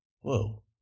Whoa